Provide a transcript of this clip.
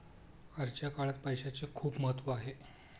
आजच्या काळात पैसाचे खूप महत्त्व आहे